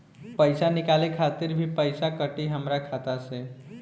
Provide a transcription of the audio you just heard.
पईसा निकाले खातिर भी पईसा कटी हमरा खाता से?